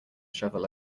shovel